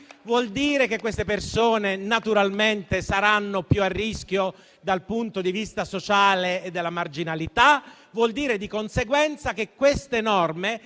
vuol dire che queste persone naturalmente saranno più a rischio dal punto di vista sociale e della marginalità; vuol dire di conseguenza che queste norme